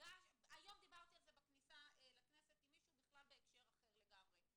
היום דיברתי על זה בכניסה לכנסת עם מישהו בכלל בהקשר אחר לגמרי.